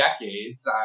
decades